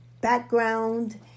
background